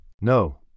No